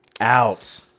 out